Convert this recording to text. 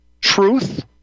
truth